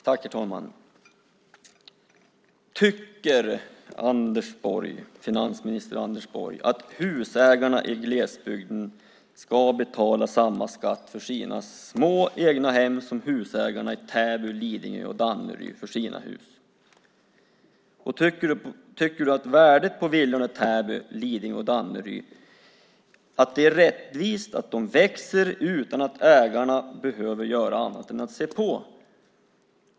Herr talman! Tycker finansminister Anders Borg att husägarna i glesbygden ska betala samma skatt för sina små egnahem som husägarna i Täby, Lidingö och Danderyd betalar för sina hus? Tycker finansministern att det är rättvist att värdet på villorna i Täby, Lidingö och Danderyd växer utan att ägarna behöver göra annat än att se på?